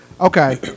Okay